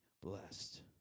blessed